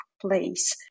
place